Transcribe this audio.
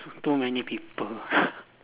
t~ too many people